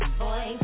boy